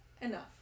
enough